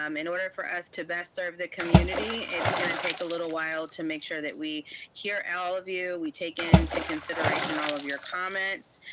um in order for us to best serve the community, it's gonna take a little while to make sure that we hear all of you. we take into consideration all of your comments,